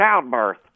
childbirth